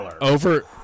Over